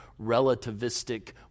relativistic